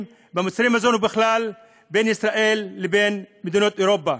במוצרי המזון ובכלל בין ישראל לבין מדינות אירופה.